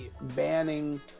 banning